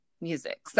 music